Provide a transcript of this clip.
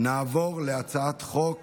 אני קובע כי הצעת חוק